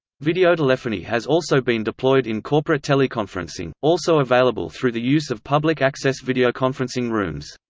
videotelephony has also been deployed in corporate teleconferencing, also available through the use of public access videoconferencing rooms.